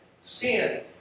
sin